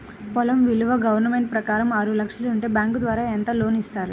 పొలం విలువ గవర్నమెంట్ ప్రకారం ఆరు లక్షలు ఉంటే బ్యాంకు ద్వారా ఎంత లోన్ ఇస్తారు?